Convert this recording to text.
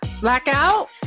Blackout